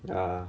ya